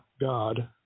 God